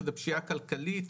שזה פשיעה כלכלית.